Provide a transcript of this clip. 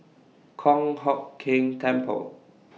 Kong Hock Keng Temple